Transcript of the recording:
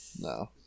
No